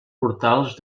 portals